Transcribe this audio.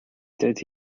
don’t